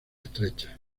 estrechas